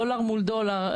דולר מול דולר,